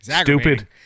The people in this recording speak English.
stupid